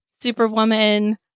Superwoman